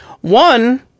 One